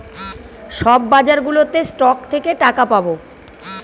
সব বাজারগুলোতে স্টক থেকে টাকা পাবো